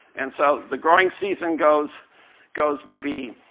and so the growing season goes goes maybe